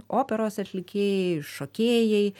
operos atlikėjai šokėjai